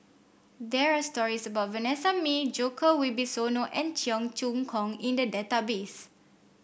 there are stories about Vanessa Mae Djoko Wibisono and Cheong Choong Kong in the database